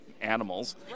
animals